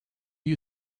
you